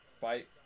fight